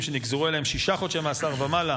שנגזרו עליהם שישה חודשי מאסר ומעלה